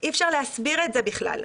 אי אפשר להסביר את זה בכלל.